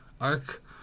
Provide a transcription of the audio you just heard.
arc